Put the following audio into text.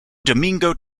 domingo